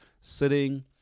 sitting